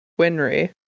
Winry